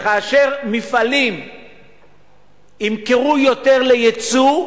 כאשר מפעלים ימכרו יותר ליצוא,